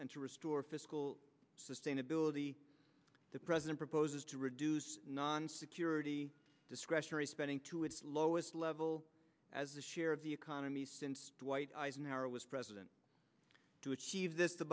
and to restore fiscal sustainability the president proposes to reduce nonsecurity discretionary spending to its lowest level as a share of the economy since dwight eisenhower was president to achieve this the